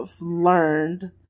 learned